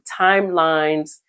timelines